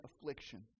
affliction